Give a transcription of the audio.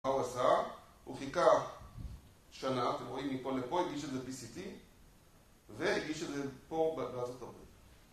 מה הוא עשה? הוא חיכה שנה, אתם רואים מפה לפה, הגיש את זה ב-CT והגיש את זה פה בארצות הברית